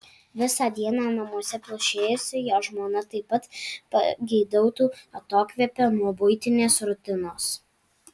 visą dieną namuose plušėjusi jo žmona taip pat pageidautų atokvėpio nuo buitinės rutinos